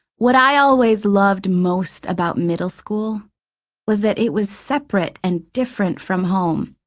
what i always loved most about middle school was that it was separate and different from home.